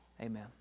Amen